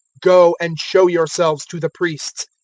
go and show yourselves to the priests.